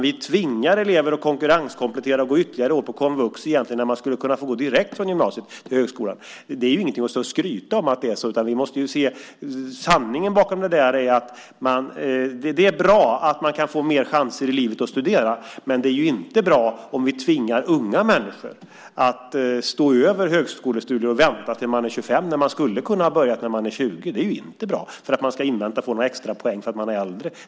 Vi tvingar elever att konkurrenskomplettera och gå ytterligare år på komvux när de egentligen skulle kunna få gå direkt från gymnasiet till högskolan. Det är inget att stå och skryta om att det är så, utan vi måste se sanningen bakom det. Det är bra att man kan få mer chanser i livet att studera, men det är ju inte bra om vi tvingar unga människor att stå över högskolestudier och vänta tills de är 25, när de skulle ha kunnat börja när de är 20, för att invänta några extra poäng för att de är äldre.